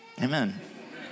Amen